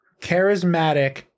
charismatic